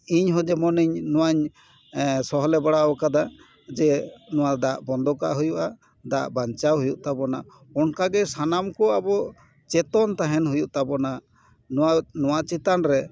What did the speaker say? ᱤᱧᱦᱚᱸ ᱡᱮᱢᱚᱱᱤᱧ ᱱᱚᱣᱟᱧ ᱥᱚᱦᱚᱞᱮ ᱵᱟᱲᱟ ᱟᱠᱟᱫᱟ ᱡᱮ ᱱᱚᱣᱟ ᱫᱟᱜ ᱵᱚᱱᱫᱚ ᱠᱟᱜ ᱦᱩᱭᱩᱜᱼᱟ ᱫᱟᱜ ᱵᱟᱧᱪᱟᱣ ᱦᱩᱭᱩᱜ ᱛᱟᱵᱚᱱᱟ ᱚᱱᱠᱟ ᱜᱮ ᱥᱟᱱᱟᱢ ᱠᱚ ᱟᱵᱚ ᱪᱮᱛᱚᱱ ᱛᱟᱦᱮᱱ ᱦᱩᱭᱩᱜ ᱛᱟᱵᱚᱱᱟ ᱱᱚᱣᱟ ᱱᱚᱣᱟ ᱪᱮᱛᱟᱱ ᱨᱮ